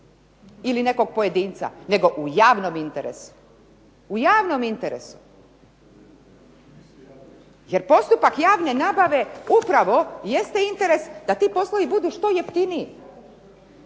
ili nekog pojedinca, nego u javnom interesu. U javnom interesu. Jer postupak javne nabave upravo jeste interes da ti poslovi budu što jeftiniji,